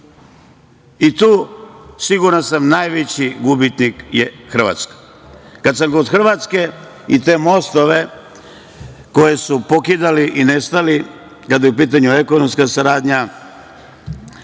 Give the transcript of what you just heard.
Tu siguran sam najveći gubitnik je Hrvatska. Kada sam kod Hrvatske i te mostove koje su pokidali i nestali, kada je u pitanju ekonomska saradnja,